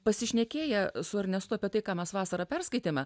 pasišnekėję su ernestu apie tai ką mes vasarą perskaitėme